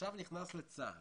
עכשיו נכנס לצה"ל